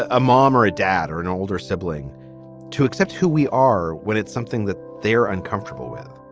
ah a mom or a dad or an older sibling to accept who we are when it's something that they're uncomfortable with?